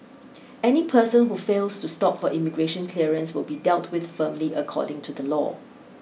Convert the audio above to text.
any person who fails to stop for immigration clearance will be dealt with firmly according to the law